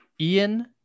ian